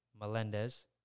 Melendez